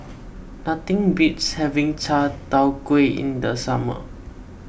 nothing beats having Chai Tow Kuay in the summer